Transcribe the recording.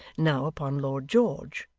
now upon lord george,